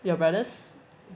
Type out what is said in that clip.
your brothers